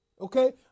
Okay